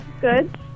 good